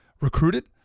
recruited